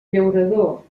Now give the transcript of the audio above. llaurador